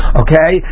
okay